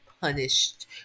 punished